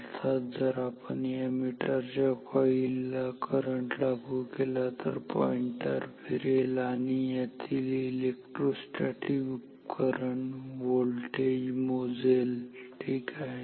अर्थात जर आपण या मीटरच्या कॉईल ला करंट लागू केला तर पॉईंटर फिरेल आणि यातील इलेक्ट्रोस्टेटिक उपकरण व्होल्टेज मोजेल ठीक आहे